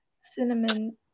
Cinnamon